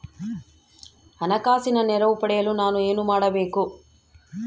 ಹಣಕಾಸಿನ ನೆರವು ಪಡೆಯಲು ನಾನು ಏನು ಮಾಡಬೇಕು?